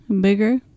bigger